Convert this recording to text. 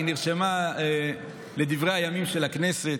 היא נרשמה בדברי הימים של הכנסת.